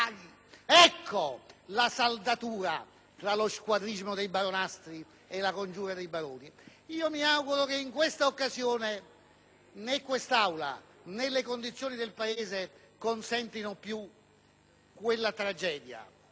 Ecco la saldatura tra lo squadrismo dei baronastri e la congiura dei baroni: mi auguro che in questa occasione, né quest'Aula, né le condizioni del Paese, consentano più quella tragedia.